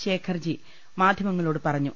ശേഖർജി മാധ്യമങ്ങളോട് പറഞ്ഞു